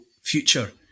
future